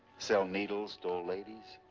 sell needles to old ladies?